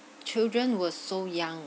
children were so young